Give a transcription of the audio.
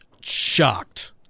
shocked